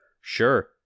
Sure